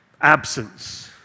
absence